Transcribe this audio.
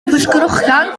pwllcrochan